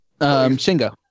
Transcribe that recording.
Shingo